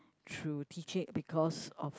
through teaching because of